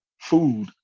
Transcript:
food